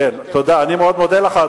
אני מאוד מודה לך,